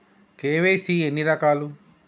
KYC ఎన్ని రకాలు?